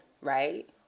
right